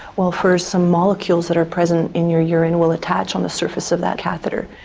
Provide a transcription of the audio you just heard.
well, first some molecules that are present in your urine will attach on the surface of that catheter.